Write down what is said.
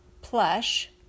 plush